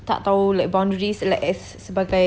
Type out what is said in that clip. tak tahu like boundaries like as sebagai